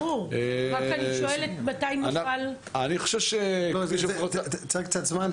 רק אני שואלת מתי נוכל --- צריך קצת זמן,